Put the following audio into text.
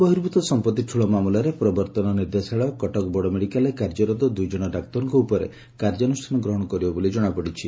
ଚଢ଼ଉ ଆୟ ବହିର୍ଭ୍ରତ ସମ୍ପଉି ଠୁଳ ମାମଲାରେ ପ୍ରବର୍ଉନ ନିର୍ଦ୍ଦେଶାଳୟ କଟକ ବଡ଼ମେଡ଼ିକାଲରେ କାର୍ଯ୍ୟରତ ଦୁଇଜଣ ଡାରକ୍ତଙ୍କ ଉପରେ କାର୍ଯ୍ୟାନୁଷ୍ଠାନ ଗ୍ରହଶ କରିବ ବୋଲି ଜଶାପଡ଼ିଛି